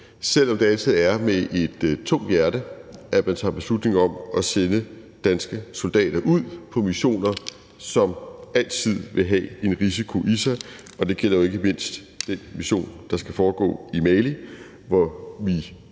selv om det altid er med et tungt hjerte, at man tager beslutning om at sende danske soldater ud på missioner, som altid vil have en risiko i sig. Det gælder ikke mindst den mission, der skal foregå i Mali, hvor vi